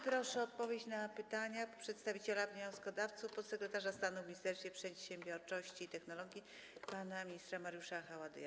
Proszę o odpowiedź na pytania przedstawiciela wnioskodawców podsekretarza stanu w Ministerstwie Przedsiębiorczości i Technologii pana ministra Mariusza Haładyja.